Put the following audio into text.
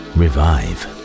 revive